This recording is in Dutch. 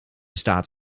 staat